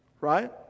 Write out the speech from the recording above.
right